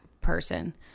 person